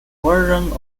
version